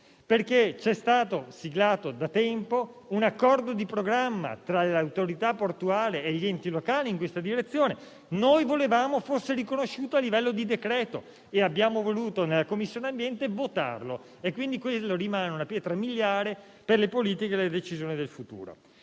perché è stato siglato da tempo un accordo di programma tra l'autorità portuale e gli enti locali in questa direzione. Noi volevamo fosse riconosciuto a livello di decreto e abbiamo voluto votarlo in Commissione ambiente. Quindi, quello rimane una pietra miliare per le politiche e le decisioni future.